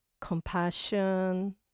compassion